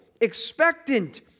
expectant